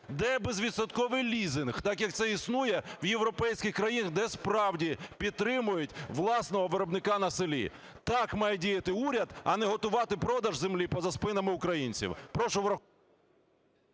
де безвідсотковий лізинг, так, як це існує в європейських країнах, де справді підтримують власного виробника на селі? Так має діяти уряд, а не готувати продаж землі поза спинами українців.